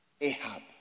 Ahab